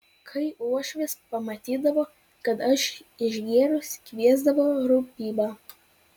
kai uošvis pamatydavo kad aš išgėrus kviesdavo rūpybą